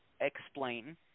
explain